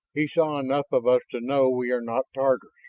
he saw enough of us to know we are not tatars.